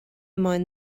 mind